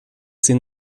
sie